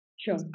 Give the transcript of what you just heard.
Sure